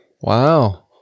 Wow